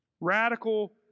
Radical